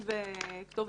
הצו.